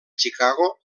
chicago